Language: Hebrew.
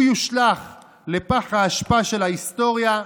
הוא יושלך לפח האשפה של ההיסטוריה,